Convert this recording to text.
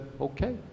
okay